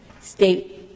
State